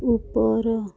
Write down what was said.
ଉପର